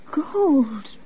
gold